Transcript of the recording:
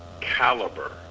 caliber